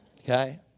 Okay